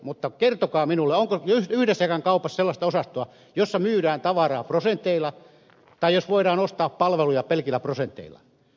mutta kertokaa minulle onko yhdessäkään kaupassa sellaista osastoa jossa myydään tavaraa prosenteilla tai missä voidaan ostaa palveluja pelkillä prosenteilla